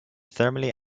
thermally